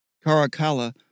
Caracalla